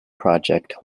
project